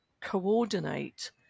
coordinate